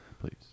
please